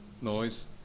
noise